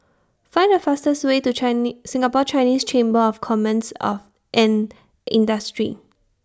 Find The fastest Way to Singapore Chinese Chamber of Commerce of and Industry